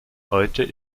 heute